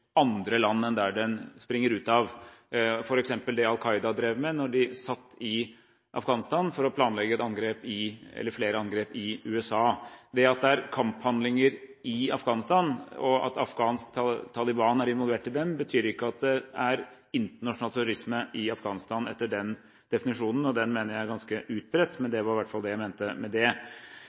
andre land enn der den springer ut fra, f.eks. det Al Qaida drev med da de satt i Afghanistan for å planlegge flere angrep i USA. Det at det er kamphandlinger i Afghanistan, og at afghansk Taliban er involvert i dem, betyr etter den definisjonen ikke at det er internasjonal terrorisme i Afghanistan, og den definisjonen mener jeg er ganske utbredt. Det var i hvert fall det jeg mente med det.